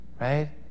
Right